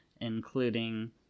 including